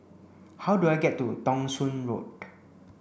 how do I get to Thong Soon Road